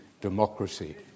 democracy